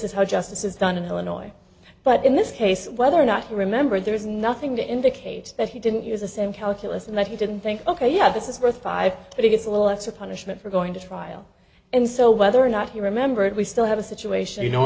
is how justice is done in illinois but in this case whether or not you remember there is nothing to indicate that he didn't use the same calculus and that he didn't think ok yeah this is worth five but it's a lesser punishment for going to trial and so whether or not he remembered we still have a situation you know